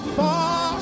far